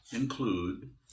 include